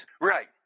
Right